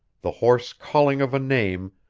the hoarse calling of a name,